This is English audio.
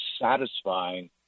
satisfying